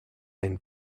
and